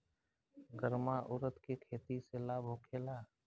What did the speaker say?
गर्मा उरद के खेती से लाभ होखे ला?